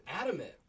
Adamant